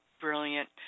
brilliant